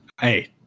Hey